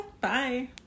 Bye